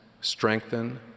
strengthen